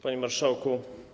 Panie Marszałku!